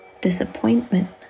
disappointment